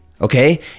okay